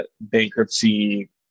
bankruptcy